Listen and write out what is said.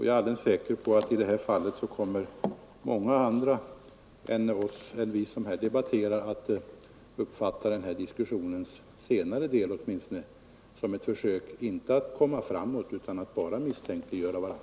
Jag är alldeles säker på att många andra än vi som debatterar här kommer att uppfatta den här diskussionen — åtminstone den senare delen —- som ett försök att misstänkliggöra varandra och inte som ett sätt att komma framåt på.